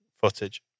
footage